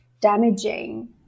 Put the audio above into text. damaging